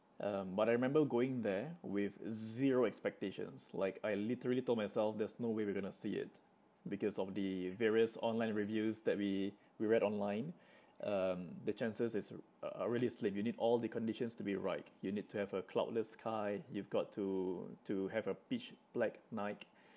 um but I remember going there with zero expectations like I literally told myself there's no way we're gonna see it because of the various online reviews that we we read online um the chances is uh uh really slim you need all the conditions to be right you need to have a cloudless sky you've got to to have a pitch black night